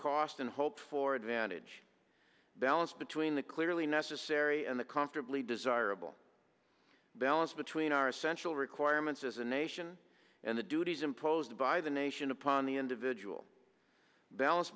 cost and hope for advantage balance between the clearly necessary and the comfortably desirable balance between our essential requirements as a nation and the duties imposed by the nation upon the individual balance